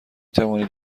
توانید